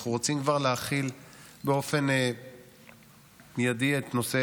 אנחנו רוצים כבר להחיל באופן מיידי את נושא